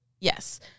Yes